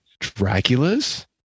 Draculas